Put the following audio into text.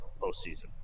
postseason